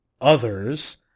others